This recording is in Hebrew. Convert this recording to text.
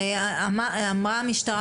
הרי אמרה המשטרה